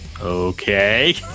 Okay